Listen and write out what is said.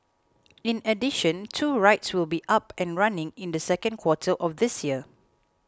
in addition two rides will be up and running in the second quarter of this year